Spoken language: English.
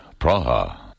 Praha